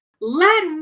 let